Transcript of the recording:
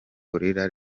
gorilla